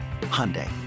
Hyundai